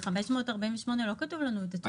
ב-548 לא כתוב לנו את התקופה.